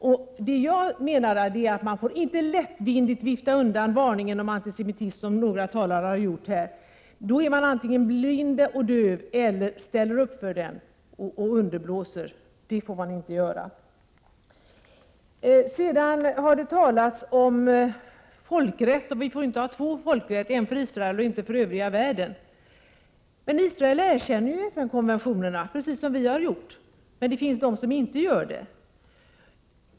Vad jag menar är att man inte lättvindigt får vifta undan varningen för antisemitism, som några talare har gjort här — då är man antingen blind eller döv, eller också ställer man upp för den och underblåser den, och det får man inte göra. Sedan har det talats om folkrätt. Vi får inte ha två folkrätter, en för Israel och en för övriga världen. Men Israel erkänner ju FN-konventionerna precis som vi har gjort. Det finns de som inte har gjort det.